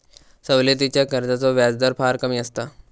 सवलतीच्या कर्जाचो व्याजदर फार कमी असता